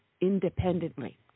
independently